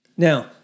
Now